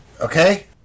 okay